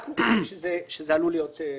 אנחנו חושבים שזו עלולה להיות בעיה.